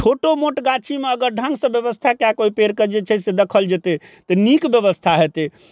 छोटो मोट गाछीमे अगर ढङ्गसँ व्यवस्था कए कऽ ओइ पेड़के जे छै से देखल जेतै तऽ नीक व्यवस्था हेतै